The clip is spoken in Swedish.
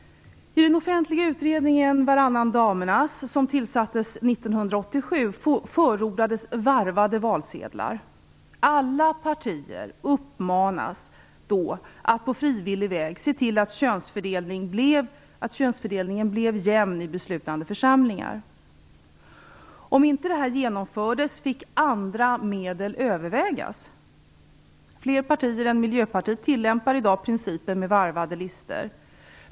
I den offentliga utredningen Varannan damernas som tillsattes 1987 förordades varvade valsedlar. Alla partier uppmanades att på frivillig väg se till att könsfördelningen blev jämn i beslutande församlingar. Om inte detta genomfördes fick andra medel övervägas. Fler partier än Miljöpartiet tillämpar i dag principen med varvade listor.